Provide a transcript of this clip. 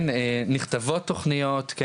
נכתבות תכניות,